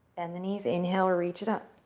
bend the knees. inhale, reach it up.